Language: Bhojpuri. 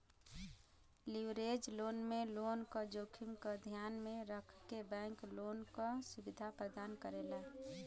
लिवरेज लोन में लोन क जोखिम क ध्यान में रखके बैंक लोन क सुविधा प्रदान करेला